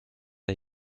der